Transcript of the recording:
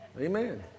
Amen